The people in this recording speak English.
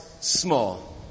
small